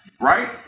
right